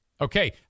Okay